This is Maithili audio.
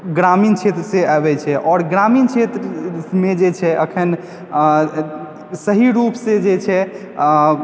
ग्रामीण क्षेत्र सऽ आबै छै आओर ग्रामीण क्षेत्रमे जे छै अखन सही रूप से जे छै